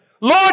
lord